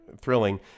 thrilling